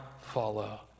follow